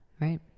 Right